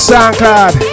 SoundCloud